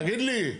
תגיד לי,